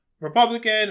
Republican